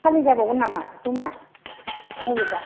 खालि जाबावगोन नामा रुमा बबेबा